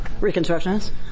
reconstructionist